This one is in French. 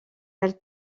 elle